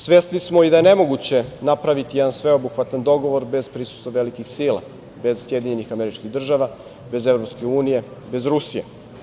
Svesni smo i da je nemoguće napraviti jedan sveobuhvatan dogovor bez prisustva velikih sila, bez SAD, bez EU, bez Rusije.